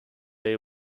they